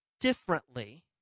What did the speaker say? differently